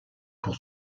pour